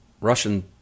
Russian